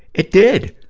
it did!